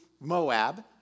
Moab